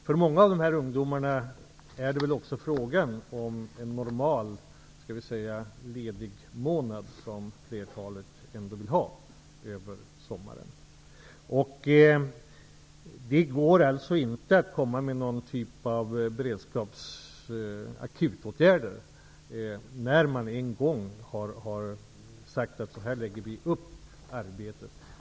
För många av de här ungdomarna är det också fråga om en normal ledig månad, som flertalet vill ha över sommaren. Det går alltså inte att komma med någon typ av akuta beredskapsåtgärder när man en gång har sagt hur man skall lägga upp arbetet.